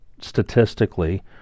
statistically